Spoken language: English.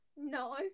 No